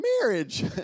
marriage